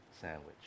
sandwich